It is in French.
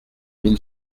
mille